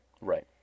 Right